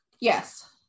Yes